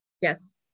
Yes